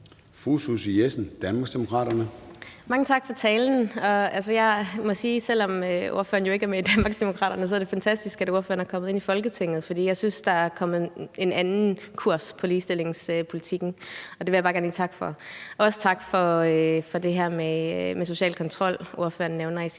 Susie Jessen (DD): Mange tak for talen. Jeg må sige, at det, selv om ordføreren ikke er med i Danmarksdemokraterne, er fantastisk, at ordføreren er kommet ind i Folketinget. For jeg synes, der er kommet en anden kurs i ligestillingspolitikken, og det vil jeg bare gerne lige takke for, og også tak for det her med social kontrol, som ordføreren nævner i sin